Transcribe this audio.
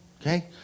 Okay